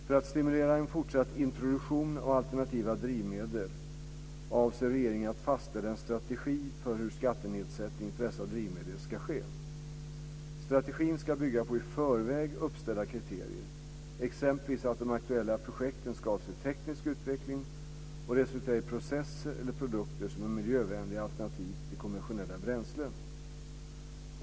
För att stimulera en fortsatt introduktion av alternativa drivmedel avser regeringen att fastlägga en strategi för hur skattenedsättning för dessa drivmedel ska ske. Strategin ska bygga på i förväg uppställda kriterier, exempelvis att de aktuella projekten ska avse teknisk utveckling och resultera i processer eller produkter som är miljövänliga alternativ till konventionella bränslen.